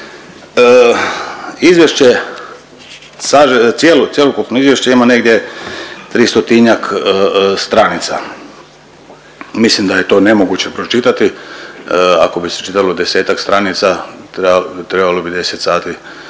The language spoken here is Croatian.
cjelo… cjelokupno izvješće ima negdje 300-tinjak stranica, mislim da je to nemoguće pročitati ako bi se čitalo 10-ak stranica trebalo bi 10 sati